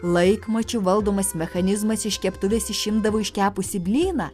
laikmačiu valdomas mechanizmas iš keptuvės išimdavo iškepusį blyną